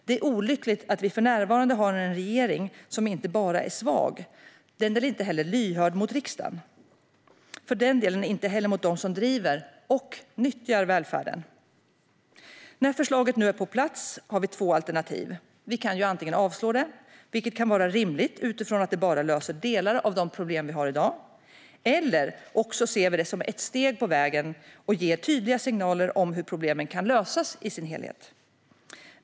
Det är olyckligt att vi för närvarande har en regering som inte bara är svag utan som dessutom inte är lyhörd för riksdagen eller för den delen dem som driver och nyttjar välfärden. När förslaget nu är på plats har vi två alternativ. Vi kan antingen avslå det - vilket kan vara rimligt utifrån att det bara löser delar av de problem vi har i dag - eller så ser vi det som ett steg på vägen och ger tydliga signaler om hur problemen kan lösas i deras helhet.